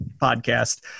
podcast